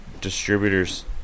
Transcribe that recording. distributors